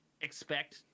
expect